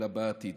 אלא בעתיד.